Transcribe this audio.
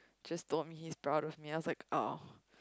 just told me he's proud of me I was like !aww!